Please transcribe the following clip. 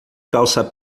calça